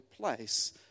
place